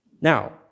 Now